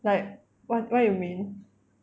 like what what you mean